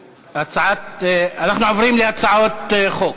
אנחנו עוברים להצעות חוק.